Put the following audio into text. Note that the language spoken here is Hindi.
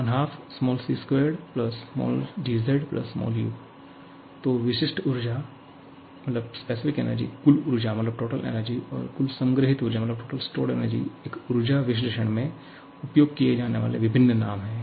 e12c2gzu तो विशिष्ट ऊर्जा कुल ऊर्जा और कुल संग्रहीत ऊर्जा एक ऊर्जा विश्लेषण में उपयोग किए जाने वाले विभिन्न नाम हैं